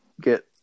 get